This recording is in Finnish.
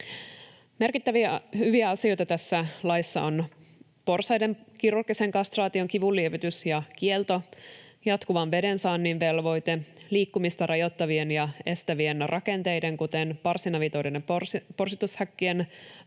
Merkittäviä hyviä asioita tässä laissa on porsaiden kirurgisen kastraation kivunlievitys ja kielto, jatkuvan vedensaannin velvoite, liikkumista rajoittavien ja estävien rakenteiden, kuten parsinavetoiden ja porsitushäkkien rakentamisen